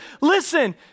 listen